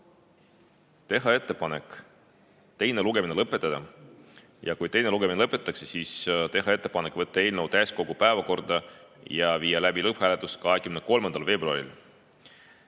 teha ettepanek teine lugemine lõpetada ja kui teine lugemine lõpetatakse, siis teha ettepanek võtta eelnõu täiskogu päevakorda ja viia läbi lõpphääletus 23. veebruaril.